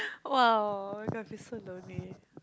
!wow! gonna be so lonely